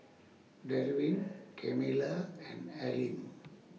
Derwin Camila and Arlene